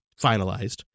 finalized